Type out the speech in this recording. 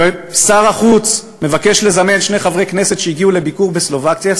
ושר החוץ מבקש לזמן שני חברי כנסת שהגיעו לביקור בסלובקיה,